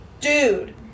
Dude